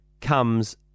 comes